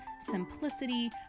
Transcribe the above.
simplicity